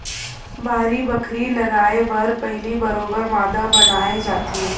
बाड़ी बखरी लगाय बर पहिली बरोबर मांदा बनाए जाथे